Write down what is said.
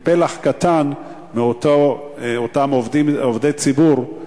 הם פלח קטן מאותם עובדי ציבור,